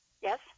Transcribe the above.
Yes